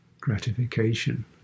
gratification